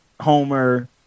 Homer